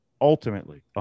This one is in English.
ultimately